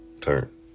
Turn